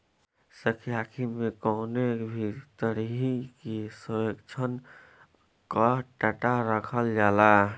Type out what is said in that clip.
सांख्यिकी में कवनो भी तरही के सर्वेक्षण कअ डाटा रखल जाला